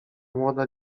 młoda